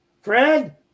Fred